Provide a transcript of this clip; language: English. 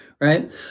right